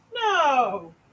No